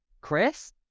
Chris